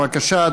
בבקשה,